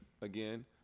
again